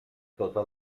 totes